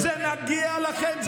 זה מגיע לכם?